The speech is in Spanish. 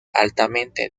altamente